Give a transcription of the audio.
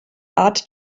art